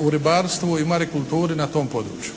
u ribarstvu i marikulturi na tom području.